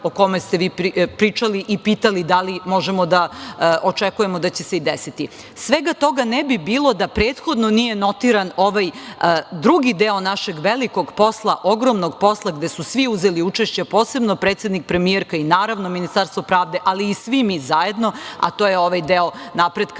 o kome ste vi pričali i pitali da li možemo da očekujemo da će se i desiti. Svega toga ne bi bilo da prethodno nije notiran ovaj drugi deo našeg velikog posla, ogromnog posla, gde su svi uzeli učešće, a posebno predsednik, premijerka i naravno Ministarstvo pravde, ali i svi mi zajedno, a to je ovaj deo napretka